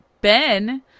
Ben